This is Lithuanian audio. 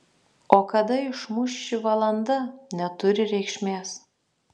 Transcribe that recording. o kada išmuš ši valanda neturi reikšmės